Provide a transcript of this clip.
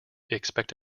expect